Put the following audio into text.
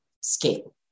Scale